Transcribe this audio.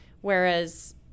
Whereas